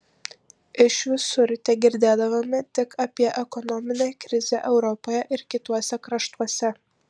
iš visur tegirdėdavome tik apie ekonominę krizę europoje ir kituose kraštuose